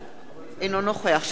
אינו נוכח שאול מופז,